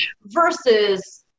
versus